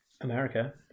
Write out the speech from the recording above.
America